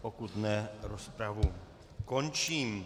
Pokud ne, rozpravu končím.